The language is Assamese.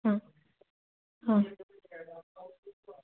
অঁ অঁ